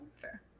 Fair